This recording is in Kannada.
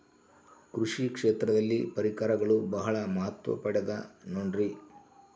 ಕೃಷಿ ಕ್ಷೇತ್ರದಲ್ಲಿ ಪರಿಕರಗಳು ಬಹಳ ಮಹತ್ವ ಪಡೆದ ನೋಡ್ರಿ?